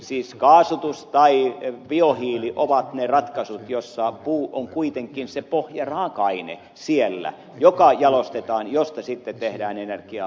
siis kaasutus tai biohiili ovat ne ratkaisut joissa puu on kuitenkin se pohjaraaka aine joka jalostetaan ja josta sitten tehdään energiaa